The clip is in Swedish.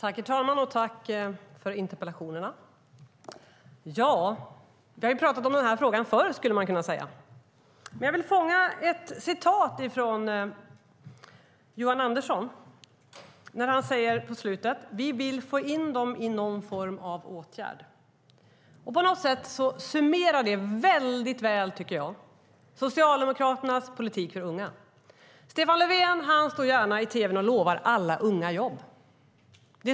Herr talman! Jag tackar för interpellationerna. Vi har talat om denna fråga förr. Låt mig fånga upp något som Johan Andersson sade på slutet: Vi vill få in dem i någon form av åtgärd. Det summerar väl Socialdemokraternas politik för unga. Stefan Löfven står i tv och lovar alla unga jobb.